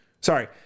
Sorry